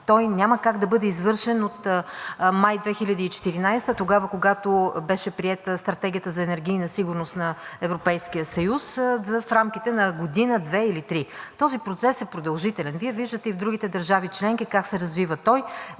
Той няма как да бъде извършен от май 2014 г., тогава, когато беше приета Стратегията за енергийна сигурност на Европейския съюз, в рамките на година – две или три. Този процес е продължителен. Вие виждате и в другите държави членки как се развива той.